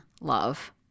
love